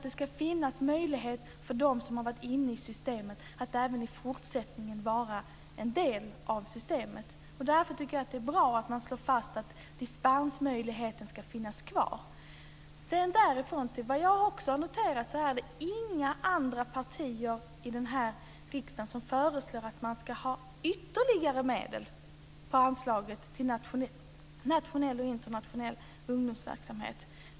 Det ska finnas möjlighet för dem som har varit inne i systemet att även i fortsättningen vara en del av systemet. Därför tycker jag att det är bra att man slår fast att dispensmöjligheten ska finnas kvar. Jag har också noterat att inga andra partier i den här riksdagen föreslår att man ska ha ytterligare medel på anslaget till nationell och internationell ungdomsverksamhet.